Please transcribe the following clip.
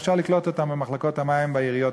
אפשר לקלוט אותם במחלקות המים בעיריות,